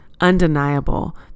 undeniable